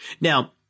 Now